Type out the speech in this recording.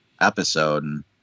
episode